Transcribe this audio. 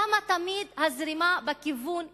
למה תמיד הזרימה היא בכיוון אחד,